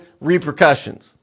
repercussions